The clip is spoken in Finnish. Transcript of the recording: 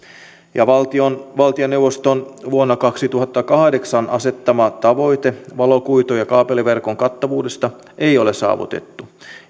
valtioneuvoston vuonna kaksituhattakahdeksan asettamaa tavoitetta valokuitu ja kaapeliverkon kattavuudesta ei ole saavutettu